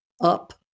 up